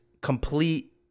complete